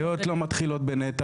בעיות לא מתחילות בנת"ע,